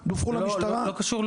לא, לא קשור.